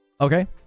Okay